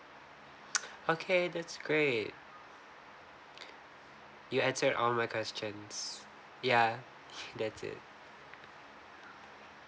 okay that's great you answered all my questions yeah that's it